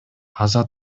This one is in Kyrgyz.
каза